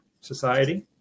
society